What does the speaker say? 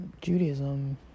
Judaism